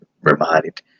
reminded